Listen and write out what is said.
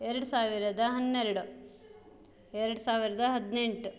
ಎರಡು ಸಾವಿರದ ಹನ್ನೆರಡು ಎರಡು ಸಾವಿರದ ಹದಿನೆಂಟು